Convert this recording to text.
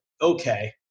okay